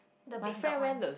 the big dog one